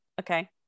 Okay